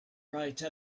write